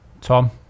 Tom